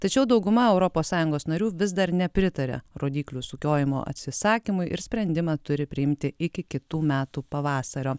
tačiau dauguma europos sąjungos narių vis dar nepritaria rodyklių sukiojimo atsisakymui ir sprendimą turi priimti iki kitų metų pavasario